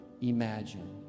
imagine